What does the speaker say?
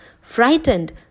Frightened